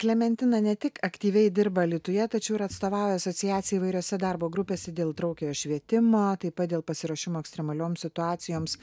klementina ne tik aktyviai dirba alytuje tačiau ir atstovauja asociacijai įvairiose darbo grupėse dėl įtraukiojo švietimo taip pat dėl pasiruošimo ekstremalioms situacijoms